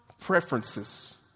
preferences